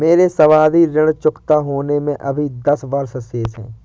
मेरे सावधि ऋण चुकता होने में अभी दस वर्ष शेष है